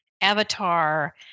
Avatar